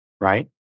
right